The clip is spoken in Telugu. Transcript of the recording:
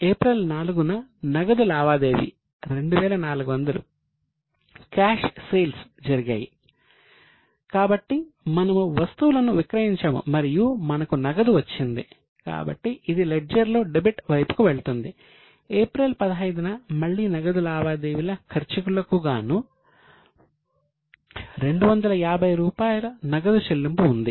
ఏప్రిల్ 15 న మళ్ళీ నగదు లావాదేవీల ఖర్చులకు గాను 250 రూపాయలు నగదు చెల్లింపు ఉంది